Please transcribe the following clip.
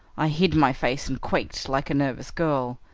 i hid my face and quaked like a nervous girl,